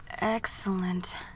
Excellent